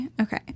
Okay